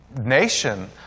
nation